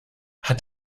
hat